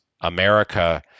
America